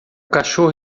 cachorro